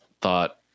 thought